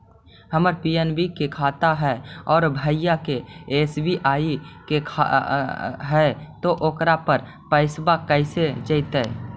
हमर पी.एन.बी के खाता है और भईवा के एस.बी.आई के है त ओकर पर पैसबा कैसे जइतै?